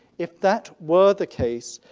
if that were the case,